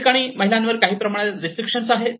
त्या ठिकाणी महिलांवर काही प्रमाणात रिस्ट्रिकशन्स आहे